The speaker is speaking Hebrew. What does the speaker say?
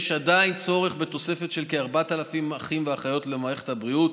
יש עדיין צורך בתוספת של כ-4,000 אחים ואחיות למערכת הבריאות.